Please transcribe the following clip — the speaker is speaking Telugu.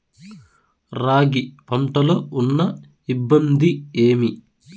రాగి పంటలో ఉన్న ఇబ్బంది ఏమి?